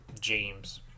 James